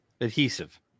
adhesive